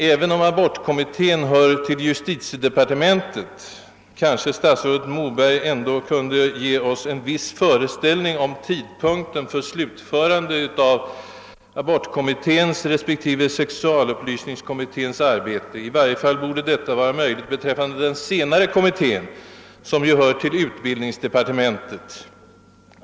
Även om abortkommittén hör hemma under justitiedepartementet kanske statsrådet Moberg ändå kunde ge oss en viss föreställning om tidpunkten för slutförandet av abortkommitténs respektive sexualupplysningskommitténs arbete. I varje fall borde detta vara möjligt beträffande den senare kommittén, som ju lyder under utbildningsdepartementet.